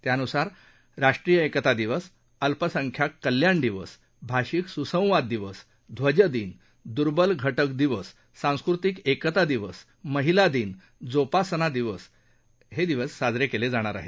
त्यानुसार राष्ट्रीय एकता दिवस अल्पसंख्याक कल्याण दिवस भाषिक स्संवाद दिवस ध्वजदिन द्र्बल घटक दिवस सांस्कृतिक एकता दिवस महिला दिन जोपासना दिवस साजरे केले जाणार आहेत